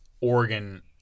Oregon